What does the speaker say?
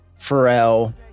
Pharrell